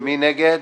מי נגד?